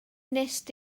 wnest